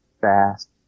fast